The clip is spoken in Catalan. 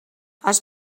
els